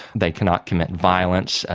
they cannot commit violence.